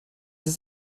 ist